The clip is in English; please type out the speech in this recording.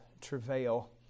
travail